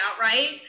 Right